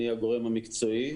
אני הגורם המקצועי.